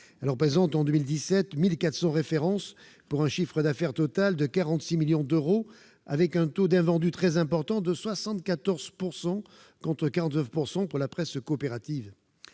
Elle représente en 2017 quelque 1 400 références, pour un chiffre d'affaires total de 46 millions d'euros, avec un taux d'invendus très important de 74 %, contre 49 % pour la presse coopérative.